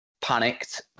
Panicked